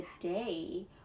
today